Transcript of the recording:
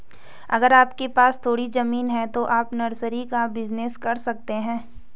अगर आपके पास थोड़ी ज़मीन है तो आप नर्सरी का बिज़नेस कर सकते है